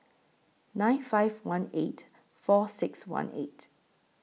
nine five one eight four six one eight